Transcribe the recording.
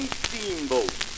steamboat